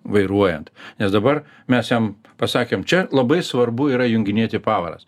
vairuojant nes dabar mes jam pasakėm čia labai svarbu yra junginėti pavaras